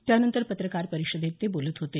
त्यानंतर पत्रकार परिषदेत ते बोलत होते